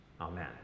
Amen